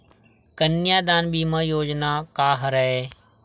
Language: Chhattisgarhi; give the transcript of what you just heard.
कन्यादान बीमा योजना का हरय?